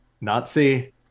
nazi